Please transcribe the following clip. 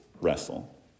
wrestle